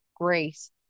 grace